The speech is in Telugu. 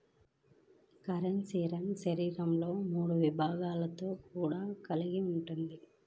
క్రస్టేసియన్ శరీరం మూడు విభాగాలతో కూడి ఉంటుంది